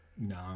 no